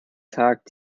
tag